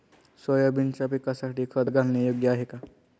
सोयाबीनच्या पिकासाठी खत घालणे योग्य आहे का?